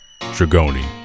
Dragoni